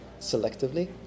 selectively